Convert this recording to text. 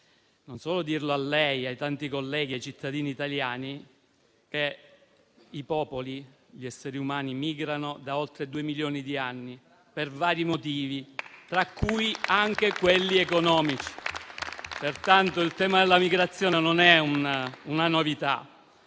di dirlo a lei, ai tanti colleghi e ai cittadini italiani: i popoli, gli esseri umani migrano da oltre due milioni di anni per vari motivi, tra cui anche quelli economici. Pertanto, il tema della migrazione non è una novità,